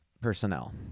personnel